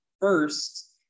first